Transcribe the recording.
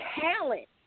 talent